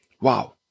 Wow